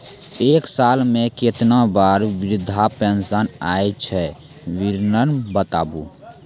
एक साल मे केतना बार वृद्धा पेंशन आयल छै विवरन बताबू?